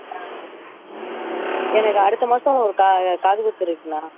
ஆ எனக்கு அடுத்த மாதம் கா காது குத்துகிற இருக்குதுண்ணா